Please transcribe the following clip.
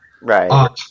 Right